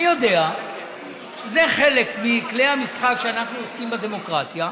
אני יודע שזה חלק מכלי המשחק שאנחנו עוסקים בו בדמוקרטיה,